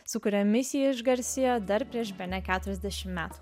su kuriomis ji išgarsėjo dar prieš bene keturiasdešimt metų